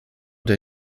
der